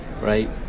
right